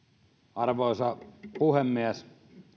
arvoisa puhemies